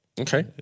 Okay